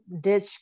ditch